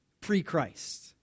pre-Christ